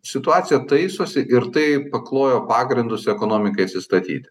situacija taisosi ir tai paklojo pagrindus ekonomikai atsistatyti